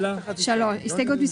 30 שניות.